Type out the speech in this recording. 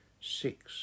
six